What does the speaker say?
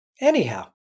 Anyhow